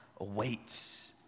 awaits